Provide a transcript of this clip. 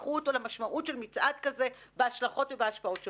תיקחו אותו למשמעות של מצעד כזה בהשלכות ובהשפעות שלו.